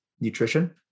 nutrition